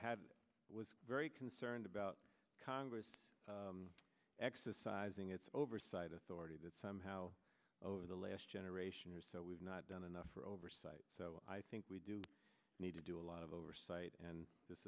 had was very concerned about congress exercising its oversight authority that somehow over the last generation or so we've not done enough for oversight so i think we do need to do a lot of oversight and this